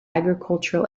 agricultural